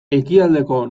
ekialdeko